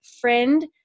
friend